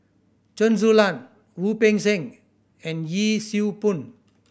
Chen Su Lan Wu Peng Seng and Yee Siew Pun